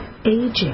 aging